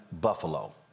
Buffalo